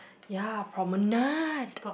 ya Promenade